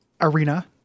arena